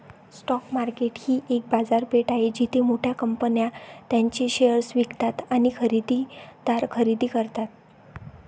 stock market ही एक बाजारपेठ आहे जिथे मोठ्या कंपन्या त्यांचे शेअर्स विकतात आणि खरेदीदार खरेदी करतात